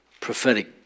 prophetic